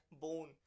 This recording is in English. bone